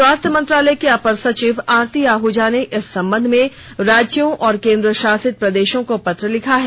स्वास्थ्य मंत्रालय में अपर सचिव आरती आहूजा ने इस संबंध में राज्यों और केन्द्रशासित प्रदेशों को पत्र लिखा है